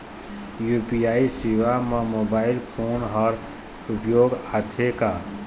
UPI सेवा म mobile phone हर उपयोग आथे का?